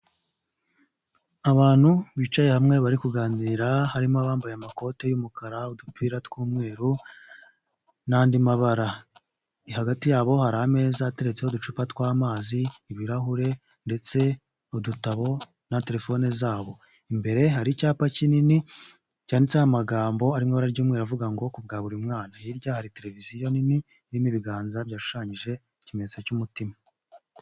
Abantu bicaye hamwe bari kuganira, harimo abambaye amakoti y'umukara, udupira tw'umweru n'andi mabara. Hagati yabo hari ameza ateretseho uducupa tw'amazi, ibirahure ndetse udutabo na telefone zabo. Imbere hari icyapa kinini cyanditseho amagambo ari mu ibara ry'umweru avuga ngo "Ku bwa buri mwana." Hirya hari tereviziyo nini irimo ibiganza byashushanyije ikimenyetso cy'umutima.